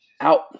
Out